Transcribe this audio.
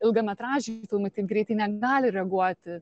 ilgametražiai filmai taip greitai negali reaguoti